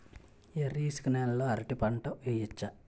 ఎర్ర ఇసుక నేల లో అరటి పంట వెయ్యచ్చా?